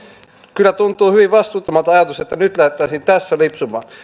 kyllä tuntuu hyvin vastuuttomalta ajatus että nyt lähdettäisiin tässä lipsumaan